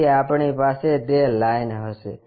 તેથી આપણી પાસે તે લાઈન હશે